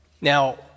Now